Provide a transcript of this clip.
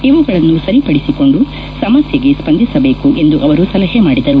ಇವುಗಳನ್ನು ಸರಿಪಡಿಸಿಕೊಂಡು ಸಮಸ್ಯೆಗೆ ಸ್ವಂದಿಸಬೇಕು ಎಂದು ಅವರು ಸಲಹೆ ಮಾಡಿದರು